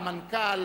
המנכ"ל,